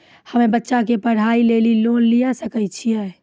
हम्मे बच्चा के पढ़ाई लेली लोन लिये सकय छियै?